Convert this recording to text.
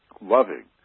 loving